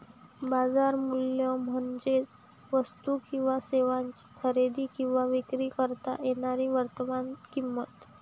बाजार मूल्य म्हणजे वस्तू किंवा सेवांची खरेदी किंवा विक्री करता येणारी वर्तमान किंमत